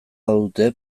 badute